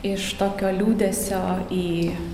iš tokio liūdesio į